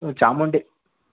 Chamundi